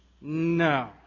No